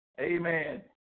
Amen